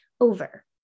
over